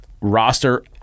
roster